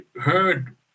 heard